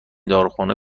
داروخانه